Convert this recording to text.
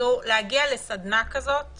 להגיע לסדנה כזאת